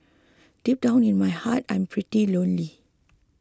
deep down in my heart I'm pretty lonely